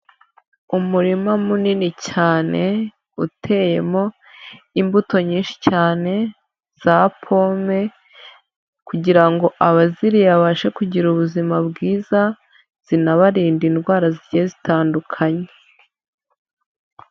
Umurima munini cyane uteyemo imbuto nyinshi cyane za pome kugira ngo abaziriye babashe kugira ubuzima bwiza zinabarinda indwara zigiye zitandukanye.